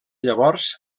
llavors